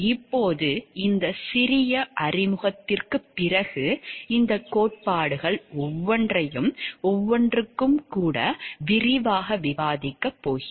இப்போது இந்த சிறிய அறிமுகத்திற்குப் பிறகு இந்த கோட்பாடுகள் ஒவ்வொன்றையும் ஒவ்வொன்றிற்கும் கூட விரிவாக விவாதிக்கப் போகிறோம்